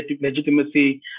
legitimacy